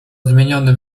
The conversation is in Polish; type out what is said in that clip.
zmieniony